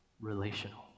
relational